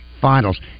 finals